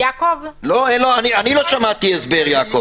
אני לא שמעתי הסבר, יעקב.